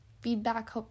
feedback